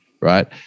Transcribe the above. Right